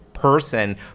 person